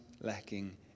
lacking